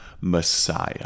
Messiah